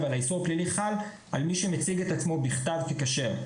אבל האיסור הפלילי חל על מי שמציג את עצמו בכתב ככשר.